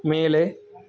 மேலே